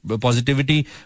positivity